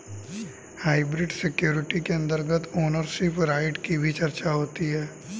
hybrid security के अंतर्गत ownership right की भी चर्चा होती है